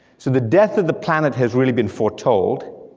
so the death of the planet has really been foretold.